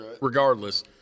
regardless